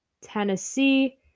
Tennessee